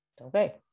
Okay